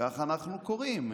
כך אנחנו קוראים,